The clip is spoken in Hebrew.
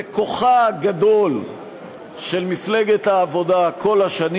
וכוחה הגדול של מפלגת העבודה כל השנים